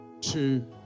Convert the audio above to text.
two